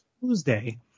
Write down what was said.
Tuesday